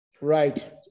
Right